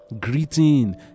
Greeting